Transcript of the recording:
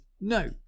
no